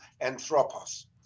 anthropos